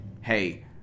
hey